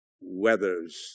weathers